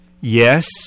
Yes